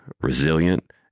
resilient